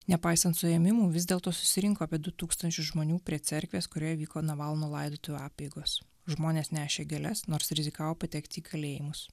nepaisant suėmimų vis dėlto susirinko apie du tūkstančius žmonių prie cerkvės kurioj vyko navalno laidotuvių apeigos žmonės nešė gėles nors rizikavo patekti į kalėjimus